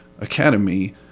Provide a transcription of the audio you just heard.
Academy